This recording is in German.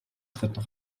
dritten